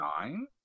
nine